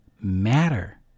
matter